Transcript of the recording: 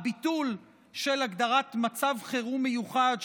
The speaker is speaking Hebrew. הביטול של הגדרת מצב חירום מיוחד,